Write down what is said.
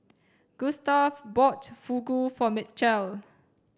Gustave bought Fugu for Mitchell